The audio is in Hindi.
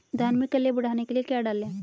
धान में कल्ले बढ़ाने के लिए क्या डालें?